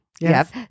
Yes